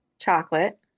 Chocolate